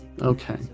Okay